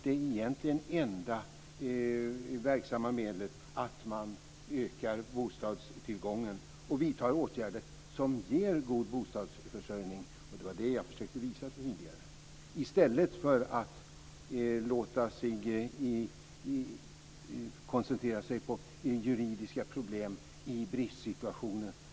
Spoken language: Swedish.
Det enda verksamma medlet är därför att man ökar bostadstillgången och vidtar åtgärder som ger god bostadsförsörjning. Det var det som jag tidigare försökte visa. Detta bör man göra i stället för att koncentrera sig på juridiska problem i bristsituationer.